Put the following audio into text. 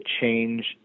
change